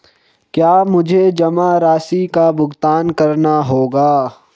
क्या मुझे जमा राशि का भुगतान करना होगा?